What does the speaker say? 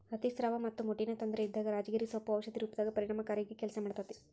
ಅತಿಸ್ರಾವ ಮತ್ತ ಮುಟ್ಟಿನ ತೊಂದರೆ ಇದ್ದಾಗ ರಾಜಗಿರಿ ಸೊಪ್ಪು ಔಷಧಿ ರೂಪದಾಗ ಪರಿಣಾಮಕಾರಿಯಾಗಿ ಕೆಲಸ ಮಾಡ್ತೇತಿ